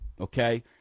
Okay